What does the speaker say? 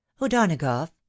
o'donagough